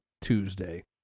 Tuesday